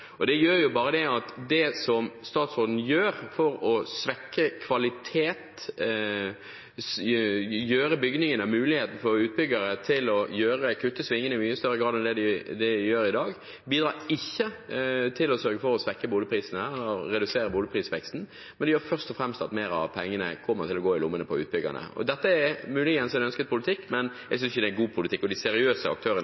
som statsråden gjør, vil svekke kvaliteten og gi utbyggere muligheten til å kutte svingen i mye større grad enn det de gjør i dag, og bidrar ikke til å svekke boligprisene og redusere boligprisveksten, men det gjør først og fremst at mer av pengene kommer til å havne i lommene på utbyggerne. Dette er muligens en ønsket politikk, men